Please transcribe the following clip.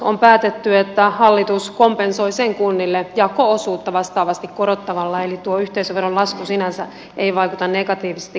on päätetty että hallitus kompensoi sen kunnille jako osuutta vastaavasti korottamalla eli tuo yhteisöveron lasku sinänsä ei vaikuta negatiivisesti kuntatalouteen